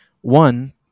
one